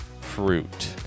fruit